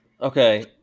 Okay